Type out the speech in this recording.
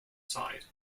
side